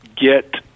get